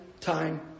time